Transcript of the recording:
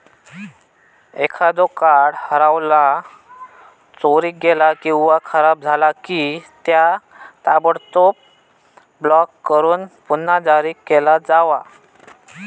एखादो कार्ड हरवला, चोरीक गेला किंवा खराब झाला की, त्या ताबडतोब ब्लॉक करून पुन्हा जारी केला जावा